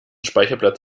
speicherplatz